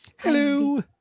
Hello